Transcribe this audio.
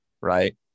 right